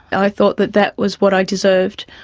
i thought that that was what i deserved.